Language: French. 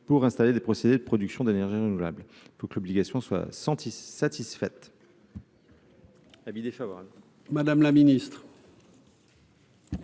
pour installer des procédés de production d'énergie renouvelable, donc l'obligation soit senti satisfaite.